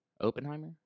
Oppenheimer